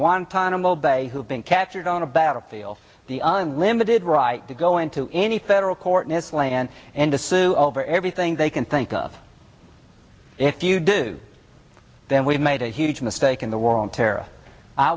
guantanamo bay who have been captured on a battlefield the unlimited right to go into any federal court in its land and to sue over everything they can think of if you do then we've made a huge mistake in the war on terror i